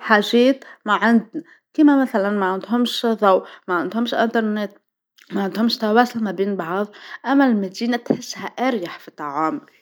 حاجات من عندنا، كيما مثلا ما عندهمش ضو، ما عندهمش أنترنت، ما عندهمش تواصل ما بين بعض، أما المدينه تحسها أريح في التعامل.